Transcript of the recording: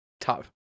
top